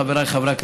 חבריי חברי הכנסת,